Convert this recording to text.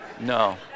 No